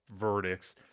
verdicts